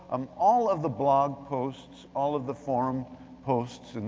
um all of the blog posts, all of the forum posts, and